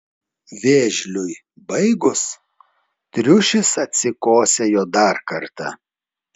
vėžliui baigus triušis atsikosėjo dar kartą